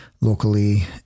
locally